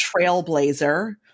trailblazer